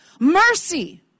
Mercy